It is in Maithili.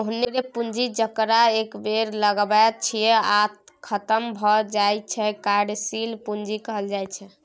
ओहेन पुंजी जकरा एक बेर लगाबैत छियै आ खतम भए जाइत छै कार्यशील पूंजी कहाइ छै